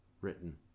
written